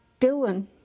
Dylan